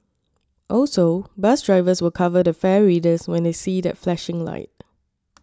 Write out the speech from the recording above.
also bus drivers will cover the fare readers when they see that flashing light